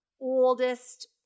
oldest